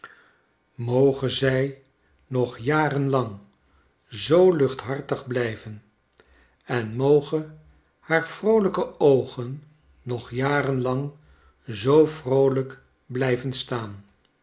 moge zij nog jarenlang zoo luchthartig blijven en mogen haar vroolijke oogen nog jarenlang zoo vroolijk blijven staan